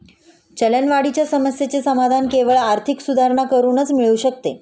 चलनवाढीच्या समस्येचे समाधान केवळ आर्थिक सुधारणा करूनच मिळू शकते